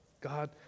God